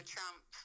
Trump